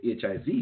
HIV